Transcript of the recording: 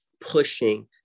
pushing